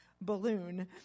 balloon